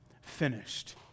finished